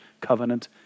covenant